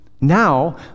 Now